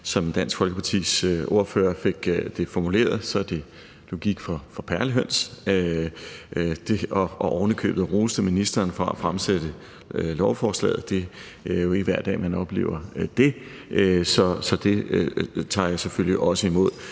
Som Dansk Folkepartis ordfører fik det formuleret, er det logik for perlehøns, og ordføreren roste ovenikøbet ministeren for at fremsætte lovforslaget. Det er jo ikke hver dag, man oplever det. Så det og de generelle